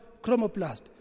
chromoplast